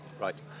Right